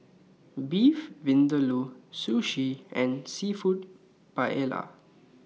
Beef Vindaloo Sushi and Seafood Paella